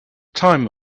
time